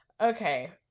Okay